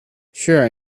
sure